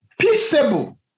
peaceable